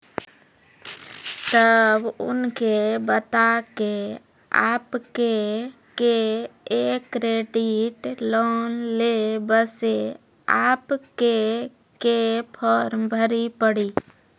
तब उनके बता के आपके के एक क्रेडिट लोन ले बसे आपके के फॉर्म भरी पड़ी?